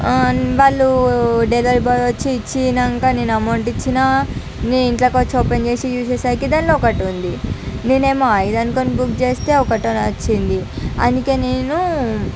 వాళ్ళు delivery boy వచ్చి ఇచ్చినాక నేను అమౌంట్ ఇచ్చిన నేను ఇంట్లోకి వచ్చి ఓపెన్ చేసి చూసేసరికి దానిలో ఒకటి ఉంది నేను ఏమో ఐదు అనుకొని బుక్ చేస్తే ఒకటి అని వచ్చింది అందుకని నేను